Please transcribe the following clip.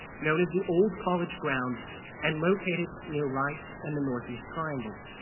known as the old college ground and located near rice and the northeast triangle.